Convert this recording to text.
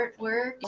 artwork